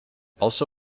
also